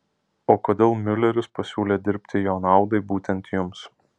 o kodėl miuleris pasiūlė dirbti jo naudai būtent jums